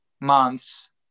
months